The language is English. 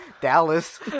Dallas